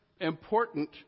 important